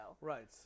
Right